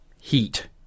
heat